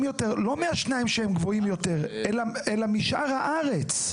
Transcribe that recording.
יותר לא מהשניים שהם גבוהים יותר אלא משאר הארץ?